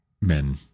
men